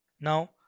Now